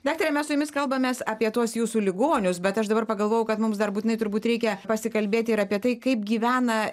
daktare mes su jumis kalbamės apie tuos jūsų ligonius bet aš dabar pagalvojau kad mums dar būtinai turbūt reikia pasikalbėti ir apie tai kaip gyvena